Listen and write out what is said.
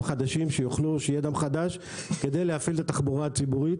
חדשים שיהיה דם חדש כדי להפעיל את התחבורה הציבורית,